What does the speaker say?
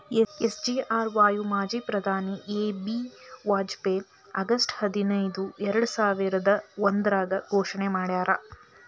SGRY ಮಾಜಿ ಪ್ರಧಾನಿ A B Vajpayee August ಹದಿನೈದು ಎರ್ಡಸಾವಿರದ ಒಂದ್ರಾಗ ಘೋಷಣೆ ಮಾಡ್ಯಾರ